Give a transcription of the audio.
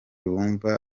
bumva